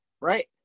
right